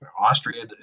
Austria